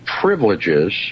privileges